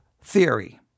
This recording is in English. theory